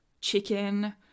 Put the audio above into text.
chicken